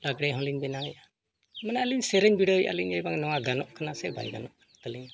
ᱞᱟᱜᱽᱲᱮ ᱦᱚᱸ ᱞᱤᱧ ᱵᱮᱱᱟᱣᱮᱜᱼᱟ ᱢᱟᱱᱮ ᱟᱹᱞᱤᱧ ᱥᱮᱨᱮᱧ ᱵᱤᱰᱟᱹᱣᱮᱜᱼᱟ ᱟᱹᱞᱤᱧ ᱱᱚᱣᱟ ᱜᱟᱱᱚᱜ ᱠᱟᱱᱟ ᱥᱮ ᱵᱟᱭ ᱜᱟᱱᱚᱜ ᱠᱟᱱ ᱛᱟᱹᱞᱤᱧᱟ